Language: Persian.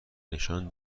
نشان